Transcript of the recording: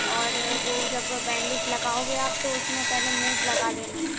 और वो जब बैंडेज लगाओगे आप तो उसमें पहले मूव लगा लेना